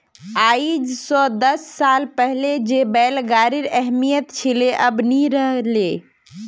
आइज स दस साल पहले जे बैल गाड़ीर अहमियत छिले अब नइ रह ले